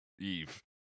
Eve